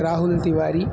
Rahul Tiwari